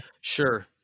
sure